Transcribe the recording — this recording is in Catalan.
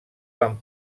van